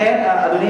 לכן,